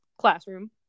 classroom